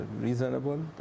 reasonable